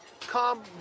come